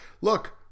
Look